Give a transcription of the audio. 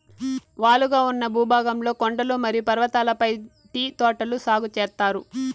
వాలుగా ఉన్న భూభాగంలో కొండలు మరియు పర్వతాలపై టీ తోటలు సాగు చేత్తారు